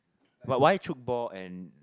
but why tchoukball and